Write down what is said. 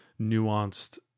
nuanced